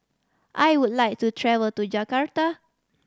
I would like to travel to Jakarta